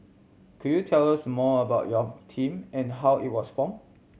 could you tell us more about your team and how it was form